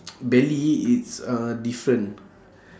belly it's uh different